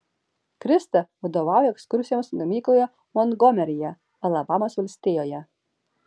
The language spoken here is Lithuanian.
krista vadovauja ekskursijoms gamykloje montgomeryje alabamos valstijoje